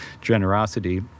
generosity